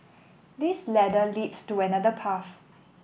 this ladder leads to another path